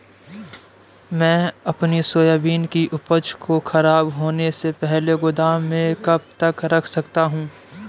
मैं अपनी सोयाबीन की उपज को ख़राब होने से पहले गोदाम में कब तक रख सकता हूँ?